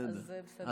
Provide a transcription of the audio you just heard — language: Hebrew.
אז בסדר.